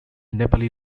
nepali